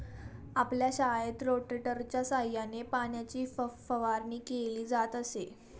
आपल्या शाळेत रोटेटरच्या सहाय्याने पाण्याची फवारणी केली जात असे